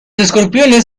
escorpiones